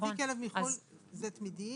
להביא כלב מחוץ לארץ, זה תמידי.